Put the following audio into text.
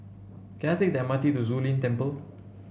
can I take the M R T to Zu Lin Temple